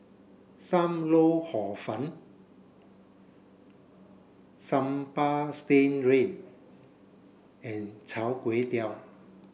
Sam Lau Hor Fun Sambal Stingray and Chai Kuay Tow